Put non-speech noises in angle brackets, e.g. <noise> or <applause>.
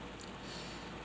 <breath>